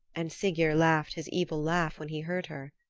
and siggeir laughed his evil laugh when he heard her.